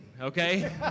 okay